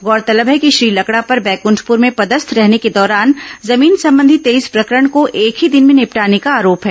गौरतलब है कि श्री लकड़ा पर बैक ठप्र में पदस्थ रहने के दौरान जमीन संबंधी तेईस प्रकरण को एक ही दिन में निपटाने का आरोप है